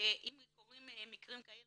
ואם קורים מקרים כאלה